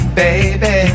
baby